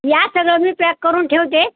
या सगळं मी पॅक करून ठेवते